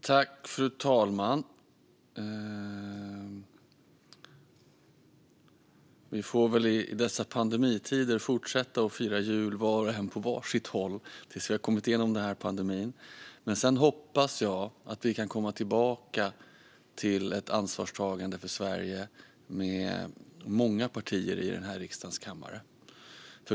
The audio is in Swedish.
Fru talman! Vi får väl i dessa pandemitider fortsätta att fira jul på var sitt håll tills vi har kommit igenom pandemin. Sedan hoppas jag att vi kan komma tillbaka till ett ansvarstagande för Sverige med många partier i riksdagens kammare.